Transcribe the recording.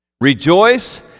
Rejoice